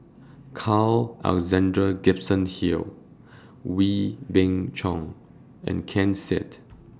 Carl Alexander Gibson Hill Wee Beng Chong and Ken Seet